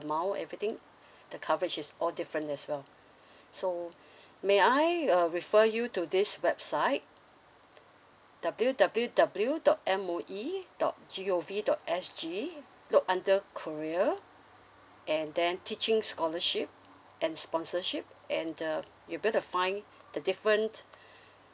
amount everything the coverage it's all different as well so may I uh refer you to this website W_W_W dot M_O_E dot G_O_V dot S_G look under career and then teaching scholarship and sponsorship and uh you'll be able to find the different